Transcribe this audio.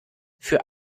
für